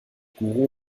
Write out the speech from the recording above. guru